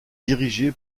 dirigé